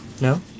No